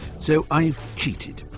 so i cheated.